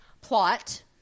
plot